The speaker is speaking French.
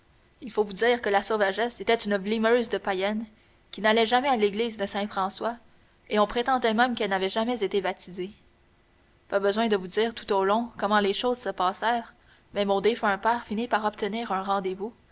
il faut vous dire que la sauvagesse était une v'limeuse de payenne qui n'allait jamais à l'église de saint françois et on prétendait même qu'elle n'avait jamais été baptisée pas besoin de vous dire tout au long comment les choses se passèrent mais mon défunt père finit par obtenir un rendez-vous